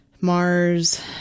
Mars